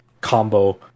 combo